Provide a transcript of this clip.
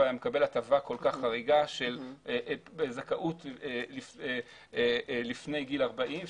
היה מקבל הטבה כל כך חריגה של זכאות לפני גיל 40,